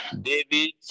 David